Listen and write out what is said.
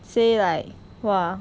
say like !wah!